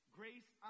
grace